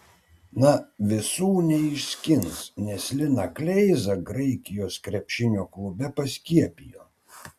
na visų neišskins nes liną kleizą graikijos krepšinio klube paskiepijo